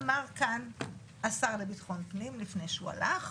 אמר כאן השר לביטחון הפנים לפני שהוא הלך,